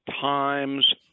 times